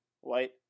white